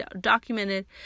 documented